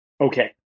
Okay